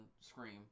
Scream